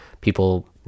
people